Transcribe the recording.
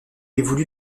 évolue